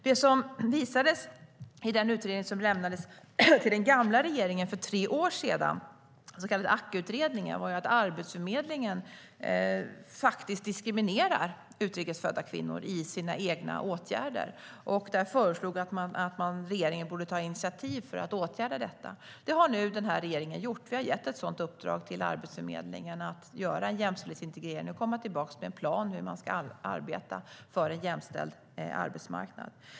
Det som visades i den utredning som lämnades till den gamla regeringen för tre år sedan, den så kallade AKKA-utredningen, var att Arbetsförmedlingen faktiskt diskriminerar utrikes födda kvinnor i sina egna åtgärder. Man menade att regeringen borde ta initiativ för att åtgärda detta. Det har nu den här regeringen gjort. Vi har gett ett uppdrag till Arbetsförmedlingen att göra en jämställdhetsintegrering och komma tillbaka med en plan på hur man ska arbeta för en jämställd arbetsmarknad.